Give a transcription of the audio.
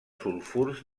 sulfurs